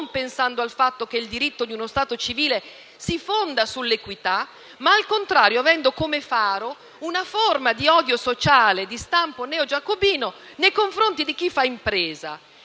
non pensando al fatto che il diritto di uno Stato civile si fonda sull'equità, ma - al contrario - avendo come faro una forma di odio sociale di stampo neogiacobino nei confronti di chi fa impresa